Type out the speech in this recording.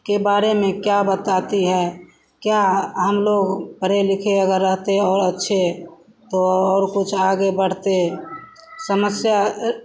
के बारे में क्या बताती है क्या हमलोग पढ़े लिखे अगर रहते और अच्छे तो और कुछ आगे बढ़ते समस्या